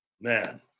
Man